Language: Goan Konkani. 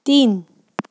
तीन